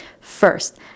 first